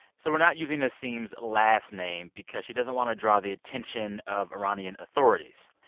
so we're not using nasim's last name because she doesn't want to draw the attention of iranian authorities.